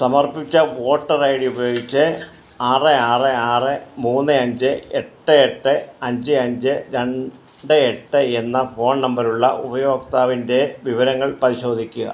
സമർപ്പിച്ച voter I D ഉപയോഗിച്ച് ആറ് ആറ് ആറ് മൂന്ന് അഞ്ച് എട്ട് എട്ട് അഞ്ച് അഞ്ച് രണ്ട് എട്ട് എന്ന ഫോൺ നമ്പർ ഉള്ള ഉപയോക്താവിൻ്റെ വിവരങ്ങൾ പരിശോധിക്കുക